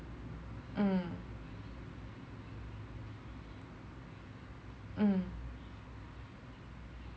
mm mm